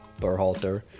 Berhalter